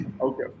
Okay